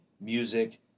music